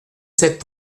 sept